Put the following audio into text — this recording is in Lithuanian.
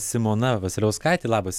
simona vasiliauskaitė labas